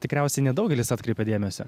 tikriausiai nedaugelis atkreipė dėmesio